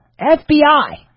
FBI